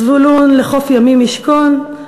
"זבולֻן לחוף ימים ישכֹן,